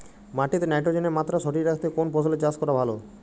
মাটিতে নাইট্রোজেনের মাত্রা সঠিক রাখতে কোন ফসলের চাষ করা ভালো?